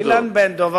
אילן בן-דב.